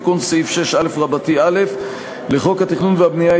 תיקון לסעיף 6א(א) לחוק התכנון והבנייה,